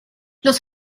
los